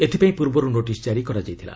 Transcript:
ଏଥିପାଇଁ ପୂର୍ବରୁ ନୋଟିସ୍ ଜାରି କରାଯାଇଥିଲା